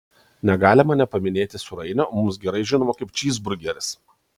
negalima nepaminėti sūrainio mums gerai žinomo kaip čyzburgeris